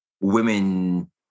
women